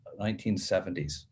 1970s